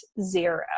zero